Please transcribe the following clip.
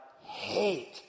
hate